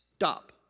stop